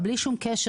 בלי קשר